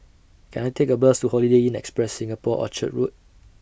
Can I Take A Bus to Holiday Inn Express Singapore Orchard Road